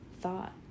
thought